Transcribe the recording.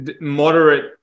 moderate